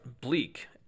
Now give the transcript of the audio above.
bleak